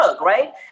right